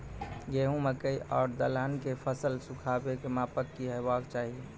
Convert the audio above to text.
गेहूँ, मकई आर दलहन के फसलक सुखाबैक मापक की हेवाक चाही?